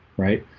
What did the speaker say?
right?